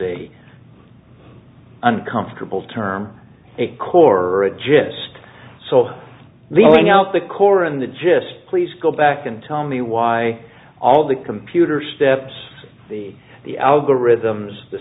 the uncomfortable term a core just so leaving out the core and the just please go back and tell me why all the computer steps the the algorithms the